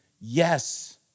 Yes